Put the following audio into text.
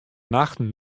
nachten